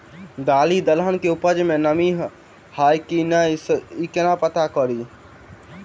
दालि दलहन केँ उपज मे नमी हय की नै सँ केना पत्ता कड़ी?